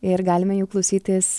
ir galime jų klausytis